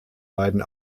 beiden